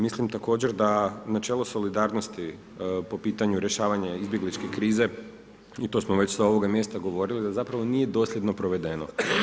Mislim također da načelo solidarnosti, po pitanju rješavanje izbjegličke krize i to smo već sa ovoga mjesta govorili, da zapravo nije dosljedno provedeno.